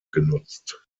genutzt